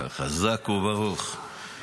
חזק וברוך.